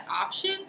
option